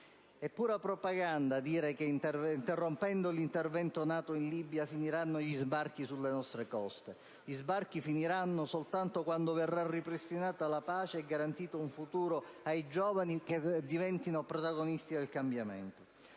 È pura propaganda dire che interrompendo l'intervento NATO in Libia finiranno gli sbarchi sulle nostre coste. Gli sbarchi finiranno soltanto quando verrà ripristinata la pace e garantito un futuro ai giovani protagonisti del cambiamento.